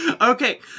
Okay